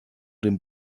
den